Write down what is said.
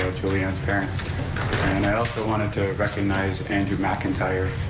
julianne's parents, and i also wanted to recognize andrew mcintyre.